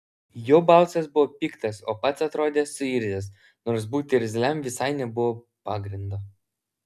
jo balsas buvo piktas o pats atrodė suirzęs nors būti irzliam visai nebuvo pagrindo